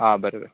आं बरें बरें